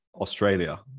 australia